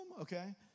okay